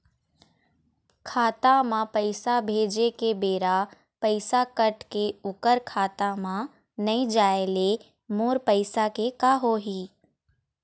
खाता म पैसा भेजे के बेरा पैसा कट के ओकर खाता म नई जाय ले मोर पैसा के का होही?